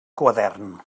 quadern